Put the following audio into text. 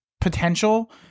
potential